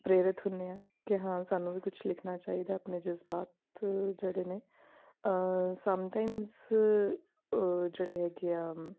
ਪ੍ਰੇਰਿਤ ਹੁੰਦੇ ਹਾਂ ਕਿ ਹਾਂ ਸਾਨੂੰ ਵੀ ਕੁਛ ਲਿਖਣਾ ਚਾਹੀਦਾ ਆਪਣੇ ਜ਼ਜ਼ਬਾਤ ਜਿਹੜੇ ਨੇ ਸਮਟਾਈਮਸ ਜਿਹੜੇ ਹੈਗੇ ਆ